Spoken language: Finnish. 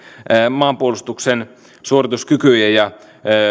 maanpuolustuksen suorituskykyjen ja